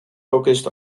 focused